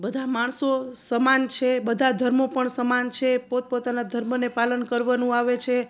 બધા માણસો સમાન છે બધા ધર્મો પણ સમાન છે પોત પોતાના ધર્મને પાલન કરવાનું આવે છે